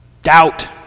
Doubt